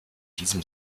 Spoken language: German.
diesem